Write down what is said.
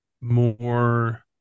more